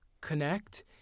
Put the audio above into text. connect